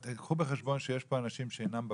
קחו בחשבון שיש פה אנשים שאינם במקצוע,